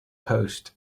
post